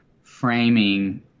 framing